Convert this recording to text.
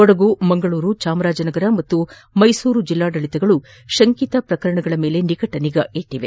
ಕೊಡಗು ಮಂಗಳೂರು ಜಾಮರಾಜನಗರ ಮತ್ತು ಮೈಸೂರು ಜಿಲ್ಲಾಡಳಿತಗಳು ಶಂಕಿತ ಪ್ರಕರಣಗಳ ಮೇಲೆ ನಿಕಟ ನಿಗಾ ಇಟ್ಟದೆ